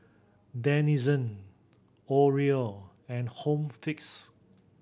Denizen Oreo and Home Fix